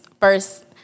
first